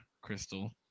Crystal